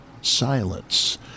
silence